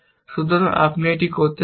সুতরাং আপনি এটি করতে পারেন